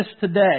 today